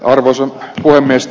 arvoisa puhemies